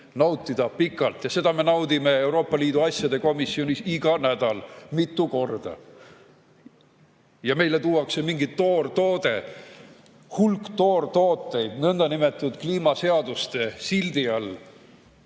nautida pikalt ja seda me naudime Euroopa Liidu asjade komisjonis iga nädal mitu korda. Ja meile tuuakse mingi toortoode, hulk toortooteid nõndanimetatud kliimaseaduste sildi